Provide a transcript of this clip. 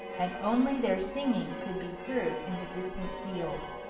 and only their singing could be heard in the distant fields.